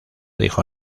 dijo